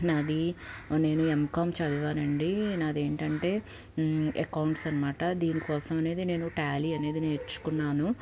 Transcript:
నాది నేను ఎంకామ్ చదివానండి నాదేంటంటే అకౌంట్స్ అనమాట దీని కోసం అనేది నేను ట్యాలీ అనేది నేర్చుకున్నాను